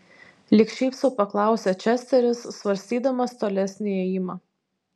lyg šiaip sau paklausė česteris svarstydamas tolesnį ėjimą